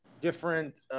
different